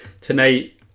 tonight